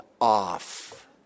off